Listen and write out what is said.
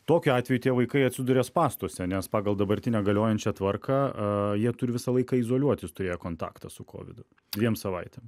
tokiu atveju tie vaikai atsiduria spąstuose nes pagal dabartinę galiojančią tvarką jie turi visą laiką izoliuotis turėję kontaktą su kovidu dviem savaitėm